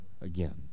again